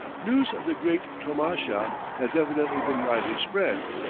news of the great tomasha has evidently been widely spread,